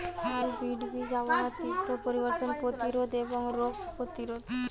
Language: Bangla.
হাইব্রিড বীজ আবহাওয়ার তীব্র পরিবর্তন প্রতিরোধী এবং রোগ প্রতিরোধী